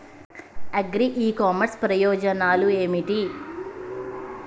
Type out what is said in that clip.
Agri e commerce ప్రయోజనాలు ఏమిటి?